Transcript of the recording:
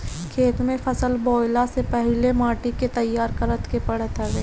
खेत में फसल बोअला से पहिले माटी के तईयार करे के पड़त हवे